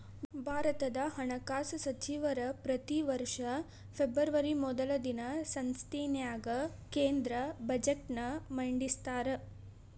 ಭಾರತದ ಹಣಕಾಸ ಸಚಿವರ ಪ್ರತಿ ವರ್ಷ ಫೆಬ್ರವರಿ ಮೊದಲ ದಿನ ಸಂಸತ್ತಿನ್ಯಾಗ ಕೇಂದ್ರ ಬಜೆಟ್ನ ಮಂಡಿಸ್ತಾರ